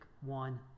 one